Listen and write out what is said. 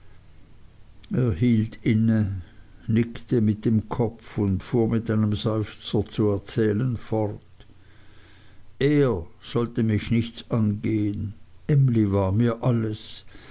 hielt inne nickte mit dem kopf und fuhr mit einem seufzer fort zu erzählen er sollte mich nichts angehen emly war mir alles